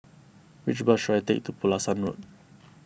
which bus should I take to Pulasan Road